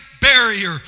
barrier